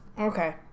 Okay